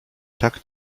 tak